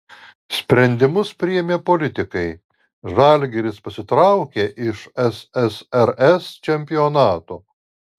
sprendimus priėmė politikai žalgiris pasitraukė iš ssrs čempionato